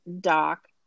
Doc